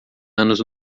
anos